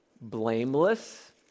blameless